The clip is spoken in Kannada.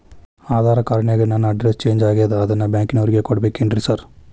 ಆಧಾರ್ ಕಾರ್ಡ್ ನ್ಯಾಗ ನನ್ ಅಡ್ರೆಸ್ ಚೇಂಜ್ ಆಗ್ಯಾದ ಅದನ್ನ ಬ್ಯಾಂಕಿನೊರಿಗೆ ಕೊಡ್ಬೇಕೇನ್ರಿ ಸಾರ್?